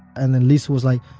and then lisa was like,